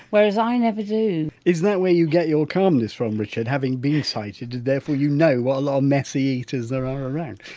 whereas i never do is that where you get your calmness from, richard, having been sighted therefore you know what a lot of messy eaters there are around?